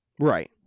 Right